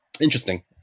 interesting